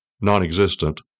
non-existent